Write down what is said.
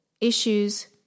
issues